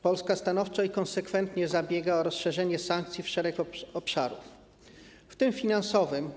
Polska stanowczo i konsekwentnie zabiega o rozszerzenie sankcji w wielu obszarach, w tym finansowym.